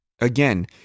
again